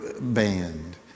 band